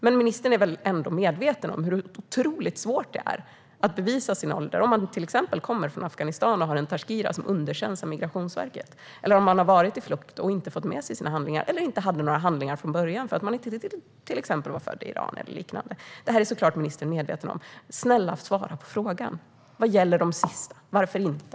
Men ministern är såklart medveten om hur svårt det är att bevisa sin ålder om man kommer från Afghanistan och har en tazkira som underkänns av Migrationsverket, om man har varit på flykt och inte fått med sig sina handlingar eller om man inte hade några handlingar från början för att man till exempel är född i Iran. Snälla, svara på frågan vad gäller dem i sista skedet: Varför inte?